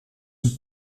een